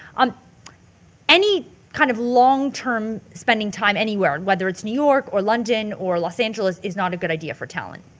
um any kind of long term spending time anywhere and whether it's new york or london or los angeles is not a good idea for talent.